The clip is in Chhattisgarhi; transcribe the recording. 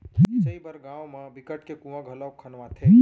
सिंचई बर गाँव म बिकट के कुँआ घलोक खनवाथे